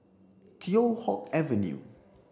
Teow Hock Avenue